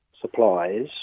supplies